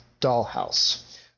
Dollhouse